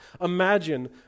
imagine